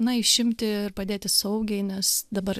na išimti ir padėti saugiai nes dabar